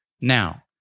Now